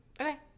Okay